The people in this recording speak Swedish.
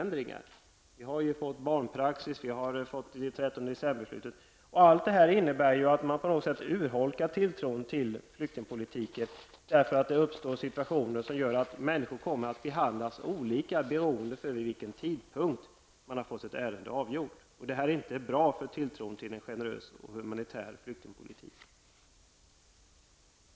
Vi har exempelvis fått en barnpraxis, 13-december-beslutet osv. Allt detta innebär på något sätt att tilltron till flyktingpolitiken urholkas. Det uppstår situationer som gör att människor behandlas olika beroende på vid vilken tidpunkt deras ärende avgörs. Det är inte bra för tilltron till en generös och humanitär flyktingpolitik.